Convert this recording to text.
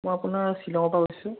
মই আপোনাৰ শ্বিলঙৰ পৰা উঠিছো